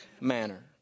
manner